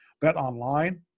BetOnline